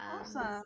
Awesome